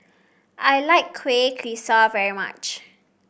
I like Kuih Kaswi very much